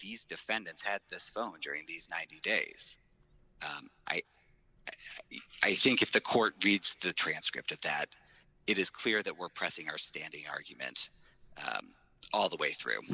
these defendants had this phone during these ninety days i think if the court gets the transcript of that it is clear that we're pressing our standing argument all the way through